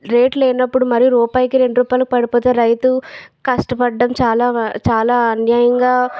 rate లేనప్పుడు మరీ రూపాయికి రెండు రూపాయలకి పడిపోతే రైతు కష్టపడ్డం చాలా చాలా అన్యాయంగా